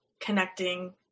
connecting